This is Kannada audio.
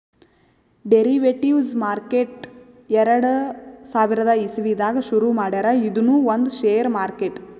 ಡೆರಿವೆಟಿವ್ಸ್ ಮಾರ್ಕೆಟ್ ಎರಡ ಸಾವಿರದ್ ಇಸವಿದಾಗ್ ಶುರು ಮಾಡ್ಯಾರ್ ಇದೂನು ಒಂದ್ ಷೇರ್ ಮಾರ್ಕೆಟ್